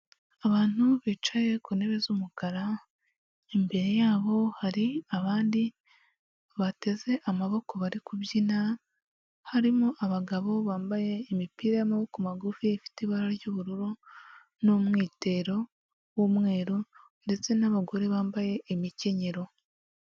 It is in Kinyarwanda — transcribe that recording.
Abantu bicaye ku ntebe z'umukara imbere yabo hari abandi bateze amaboko bari kubyina harimo: abagabo bambaye imipira y'amaboko magufi ifite ibara ry'ubururu n'umwitero w'umweru ndetse n'abagore bambaye imikenyero.